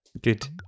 good